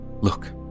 Look